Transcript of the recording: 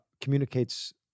communicates